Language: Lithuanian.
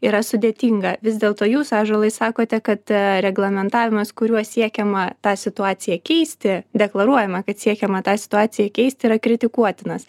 yra sudėtinga vis dėlto jūs ąžuolai sakote kad reglamentavimas kuriuo siekiama tą situaciją keisti deklaruojama kad siekiama tą situaciją keisti yra kritikuotinas